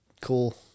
cool